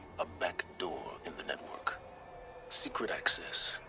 a back door in the network secret access.